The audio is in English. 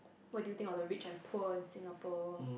what do you think on the rich and poor in Singapore